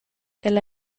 ella